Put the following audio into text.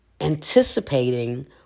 anticipating